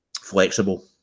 flexible